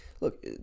Look